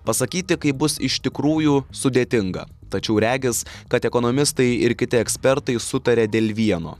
pasakyti kaip bus iš tikrųjų sudėtinga tačiau regis kad ekonomistai ir kiti ekspertai sutaria dėl vieno